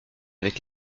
avec